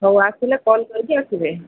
ହଉ ଆସିଲେ କଲ୍ କରିକି ଆସିବେ